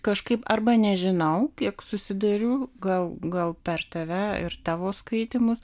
kažkaip arba nežinau kiek susiduriu gal gal per tave ir tavo skaitymus